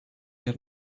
get